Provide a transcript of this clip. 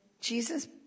Jesus